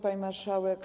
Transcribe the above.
Pani Marszałek!